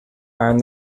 aan